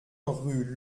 rue